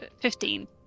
Fifteen